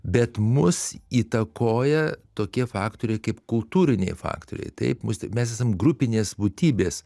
bet mus įtakoja tokie faktoriai kaip kultūriniai faktoriai taip mus mes esam grupinės būtybės